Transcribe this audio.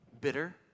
bitter